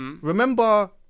remember